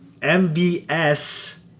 mbs